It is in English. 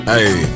Hey